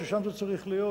ששם זה צריך להיות,